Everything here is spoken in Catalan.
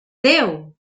déu